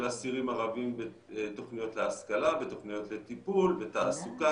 אסירים ערבים בתוכניות להשכלה ותוכניות לטיפול ותעסוקה,